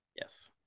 Yes